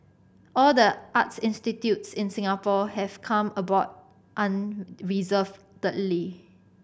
all the arts institutes in Singapore have come aboard unreservedly